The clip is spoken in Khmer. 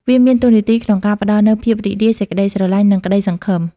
វាមានតួនាទីក្នុងការផ្តល់នូវភាពរីករាយ សេចក្តីស្រឡាញ់និងក្ដីសង្ឃឹម។